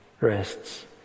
rests